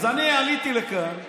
אז אני עליתי לכאן וסיפרתי,